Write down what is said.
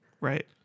Right